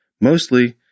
mostly